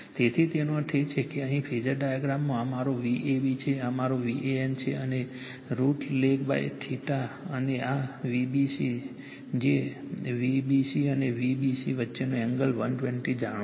તેથી તેનો અર્થ એ છે કે અહીં ફેઝર ડાયાગ્રામમાં આ મારો Vab છે આ મારો VAN છે અને √ લેગ અને આ Vbc છે Vbc અને Vbc વચ્ચેનો એંગલ 120o જાણો છે